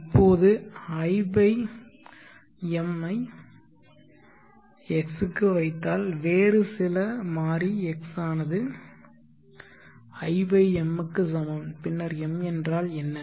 இப்போது i m ஐ x க்கு வைத்தால் வேறு சில மாறி x ஆனது i m க்கு சமம் பின்னர் m என்றால் என்ன